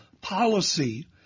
policy